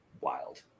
wild